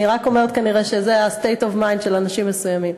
אני רק אומרת שזה ה-state of mind של אנשים מסוימים.